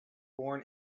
born